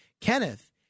Kenneth